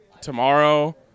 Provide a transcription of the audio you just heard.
tomorrow